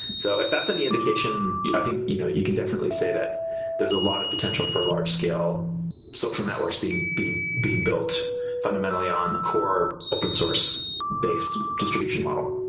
so if that's any indication, i think you know you can definitely say that there's a lot of potential for large scale social networks being being being built fundamentally on core open source based distribution model.